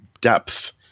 depth